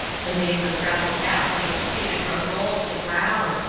the maze of gravel pathways faded from gold to brown.